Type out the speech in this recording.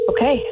Okay